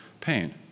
pain